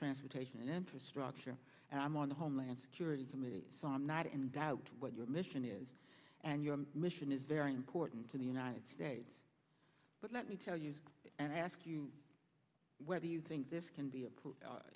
transportation and infrastructure and i'm on the homeland security committee so i'm not in doubt what your mission is and your mission is very important to the united states but let me tell you and i ask you whether you think this can be a